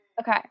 Okay